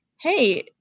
hey